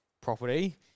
property